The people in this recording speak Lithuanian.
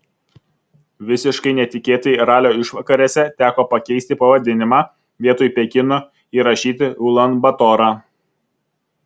visiškai netikėtai ralio išvakarėse teko pakeisti pavadinimą vietoj pekino įrašyti ulan batorą